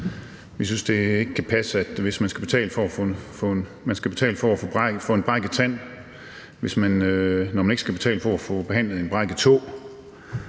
Vi synes ikke, det kan passe, at man skal betale for at få behandlet en brækket tand, når man ikke skal betale for at få behandlet en brækket